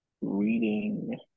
reading